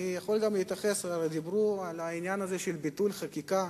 אני יכול גם להתייחס לעניין הזה של ביטול חקיקה,